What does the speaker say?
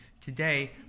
Today